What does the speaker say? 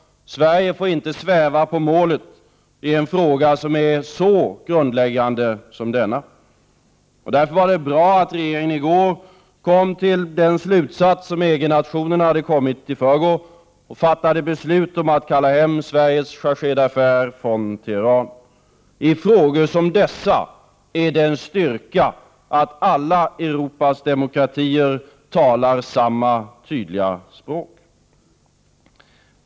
Sverige får inte sväva på målet i en fråga så grundläggande som denna. Därför var det bra att regeringen i går kom till samma slutsats som EG i förrgår och fattade beslut om att kalla hem Sveriges chargé d”affaires från Teheran. I frågor som dessa är det en styrka att alla Europas demokratier talar samma tydliga språk.